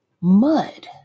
mud